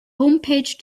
homepage